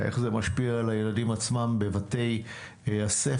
איך זה משפיע על הילדים עצמם בבתי הספר.